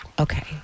Okay